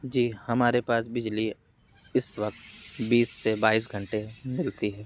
जी हमारे पास बिजली इस वक्त बीस से बाईस घंटे मिलती है